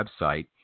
website